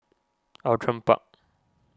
Outram Park